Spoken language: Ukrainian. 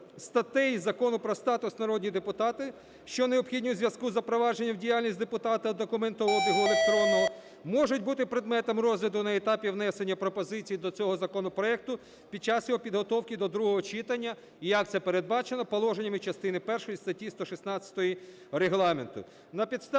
статей Закону про статус народного депутата, що необхідні у зв'язку з запровадженням в діяльність депутата документообігу електронного, можуть бути предметом розгляду на етапі внесення пропозицій до цього законопроекту під час його підготовки до другого читання і як це передбачено положеннями частини першої статті 116 Регламенту.